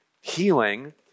healing